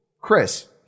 Chris